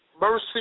mercy